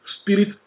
spirit